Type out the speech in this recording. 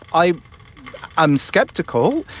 i am skeptical.